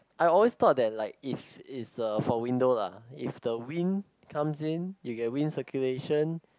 I always thought that like if it's a for window lah if the wind comes in you get wind circulation